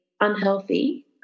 unhealthy